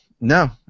No